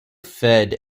fed